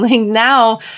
now